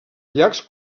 llacs